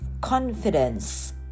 confidence